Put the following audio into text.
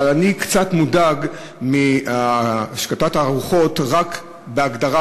אבל אני קצת מודאג מהשקטת הרוחות רק בהגדרה